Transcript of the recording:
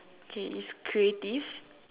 K it's creative